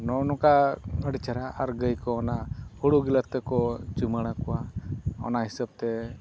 ᱱᱚᱜᱼᱚ ᱱᱚᱝᱠᱟ ᱟᱹᱰᱤ ᱪᱮᱦᱨᱟ ᱟᱨ ᱜᱟᱹᱭ ᱠᱚ ᱱᱟᱦᱟᱸᱜ ᱦᱩᱲᱩ ᱜᱮᱞᱮ ᱛᱮᱠᱚ ᱪᱩᱢᱟᱹᱲᱟ ᱠᱚᱣᱟ ᱚᱱᱟ ᱦᱤᱥᱟᱹᱵᱽᱛᱮ